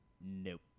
nope